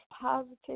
positive